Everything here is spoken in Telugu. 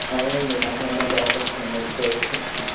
అవునండి కనపడటం చాలా కష్టమండి వెతుక్కోవలసి వస్తుంది